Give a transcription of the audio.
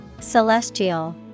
Celestial